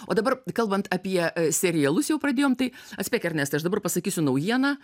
o dabar kalbant apie serialus jau pradėjom tai atspėk ernestai aš dabar pasakysiu naujieną